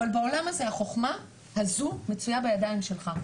אבל בעולם הזה החוכמה הזו מצויה בידיים שלך,